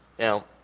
Now